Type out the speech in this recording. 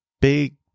big